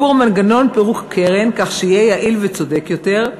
שיפור מנגנון פירוק קרן כך שיהיה יעיל וצודק יותר,